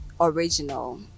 original